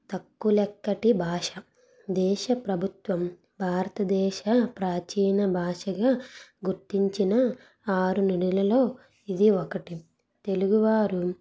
తక్కులెక్కటి భాష దేశ ప్రభుత్వం భారతదేశ ప్రాచీన భాషగా గుర్తించిన ఆరు నుడులలో ఇది ఒకటి తెలుగువారు